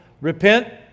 repent